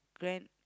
grand